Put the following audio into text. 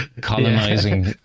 colonizing